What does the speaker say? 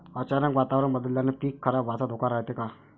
अचानक वातावरण बदलल्यानं पीक खराब व्हाचा धोका रायते का?